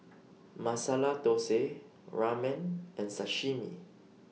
Masala Dosa Ramen and Sashimi